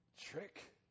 trick